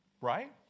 Right